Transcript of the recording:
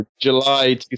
July